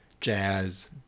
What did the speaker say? jazz